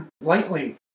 lightly